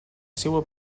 seua